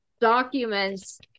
documents